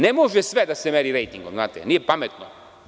Ne može sve da se meri rejtingom, znate, nije pametno.